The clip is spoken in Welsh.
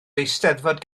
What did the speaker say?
eisteddfod